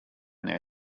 their